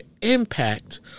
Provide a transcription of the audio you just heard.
impact